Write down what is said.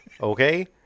Okay